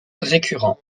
récurrent